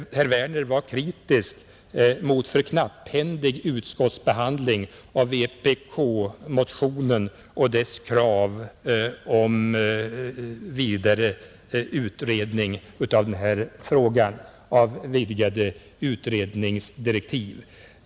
Herr Werner var kritisk mot för knapphändig utskottsbehandling av vpk-motionen och dess krav på vidgade utredningsdirektiv.